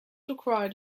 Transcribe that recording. required